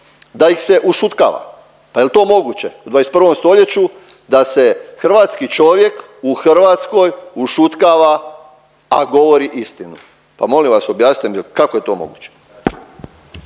da ih se ušutkava. Pa jel' to moguće u 21. stoljeću da se hrvatski čovjek u Hrvatskoj ušutkava, a govori istinu. Pa molim vas objasnite mi kako je to moguće?